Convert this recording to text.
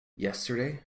yesterday